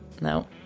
No